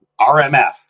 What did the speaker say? RMF